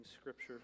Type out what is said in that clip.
scripture